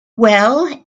well